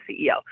ceo